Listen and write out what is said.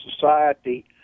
society